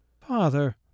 Father